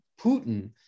Putin